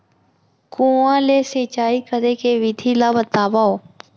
कुआं ले सिंचाई करे के विधि ला बतावव?